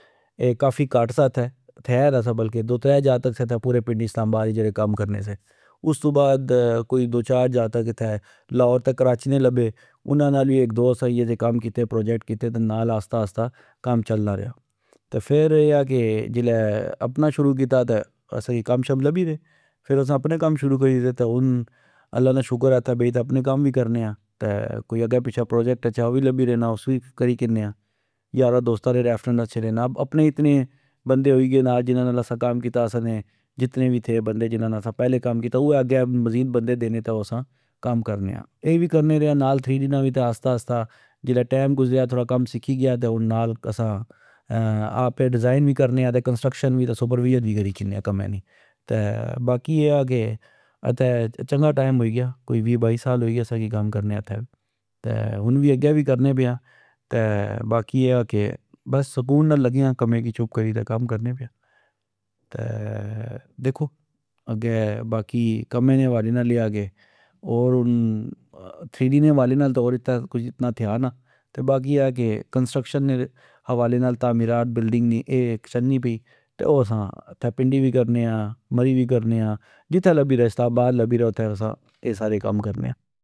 اے کافی کت سا اتھہ تیا نا سا کہ ،دو ترہ جاکت سے اتھے پنڈی اسلام آباد جیڑے کم کرنے سے ،استو بعد کوئی دو چار جاکت اتھہ لاہور تہ کراچی نے لبے انا نال وی اک دو سئیا سے کم کیتے پروجیکٹ کیتے نال آستہ آستہ کم چلنا ریا ۔فر اے آ کہ جلہ اپنا شروع کیتا تہ ،اسا کی کم شم لبی گئے ۔فر اسا اپنے کم شروع کری تہ ہن اللہ نا شکر آ کہ اتھہ بئی تہ اپنے کم وی کرنے آتہ کوئی اگہ پچھہ پروجیکٹ اچھہ او وی لبی رینا اس وی کری کنے آ۔ یارا دوستا نے ریفرینس نال اچھی رینا ۔اپنے ای اتنے بندے ہوئی گئے جنا نال اسا کم کیتا سا نے جتنے وی تھے بندے جنا نال اسا پہلے کم کیتا اوئے اگہ مزید بندے دینے تہ اسا کم کرنے آ ۔اے وی کرنے رے آ نال تھری ڈی نا وی نال آستہ آستہ جلہ ٹئم گزریا تھوڑا کم سکھی گیا تہ ہن نال اسا آپے ڈیزائن وی کرنے آ کنسٹرکشس وی تہ سپر ویثن وی کری کنے آ کمہ نی۔ باقی اے آ کہ اتھہ چنگا ٹئم ہوئی گیا کوئی وی بائی سال اسا کی ہوئی گے کم کرنیو اتھہ ۔تہ ہن وی اگہ وی کرنے پیا ۔باقی اے آ کہ بس سکون نال لگے آ کمہ کی کم کرنے پے آ تہ دیکھو اگہ باقی اے کمے نے حوالے نال اے آ کہ اور ان تھری ڈی نے حوالے نال تہ ہور اتھہ کج تھیا نا باقی اے آ کہ کنسترکشن نے حوالے نال تعمیرات بلڈنگ نی اے چلنی پی تہ او اسا اتھہ پنڈی وی کرنے آ، مری وی کرنے آ ،جتھہ وی لبی رے اسلام آباد لبی رہہ اتھہ اسا اے سارے کم کرنے آ